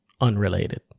Unrelated